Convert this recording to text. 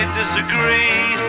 disagree